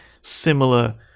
similar